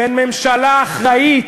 בגין, בין ממשלה אחראית,